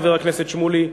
חבר הכנסת שמולי,